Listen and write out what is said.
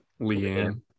Leanne